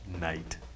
night